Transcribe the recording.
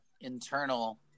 internal